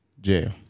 jail